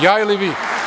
Ja ili vi?